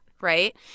right